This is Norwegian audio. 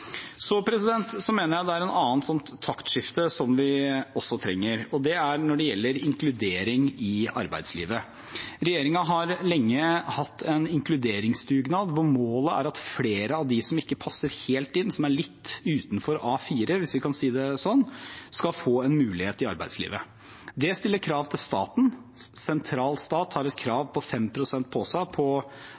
Så mener jeg det er et annet taktskifte vi også trenger, og det gjelder inkludering i arbeidslivet. Regjeringen har lenge hatt en inkluderingsdugnad, hvor målet er at flere av dem som ikke passer helt inn, som er litt utenfor A4, hvis vi kan si det sånn, skal få en mulighet i arbeidslivet. Det stiller krav til staten – sentral stat har et krav på 5 pst. på